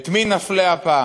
את מי נפלה הפעם?